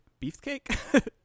Beefcake